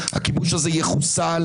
זה מה שהוא רוצה.